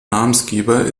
namensgeber